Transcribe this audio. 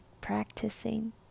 practicing